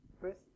Chris